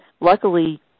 Luckily